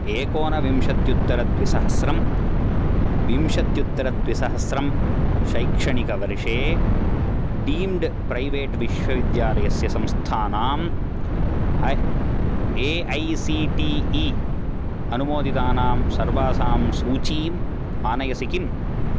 एकोनविंशत्युत्तरद्विसहस्रं विंशत्युत्तरद्विसहस्रं शैक्षणिकवर्षे deemed private विश्वविद्यालयस्य संस्थानां A A I C T E अनुमोदितानां सर्वासाम् सूचीम् आनयसि किम्